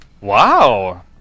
Wow